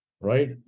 right